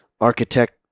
architect